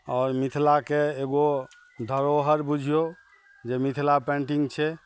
आओर मिथिलाके एगो धरोहर बुझियौ जे मिथिला पेन्टिंग छै